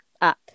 up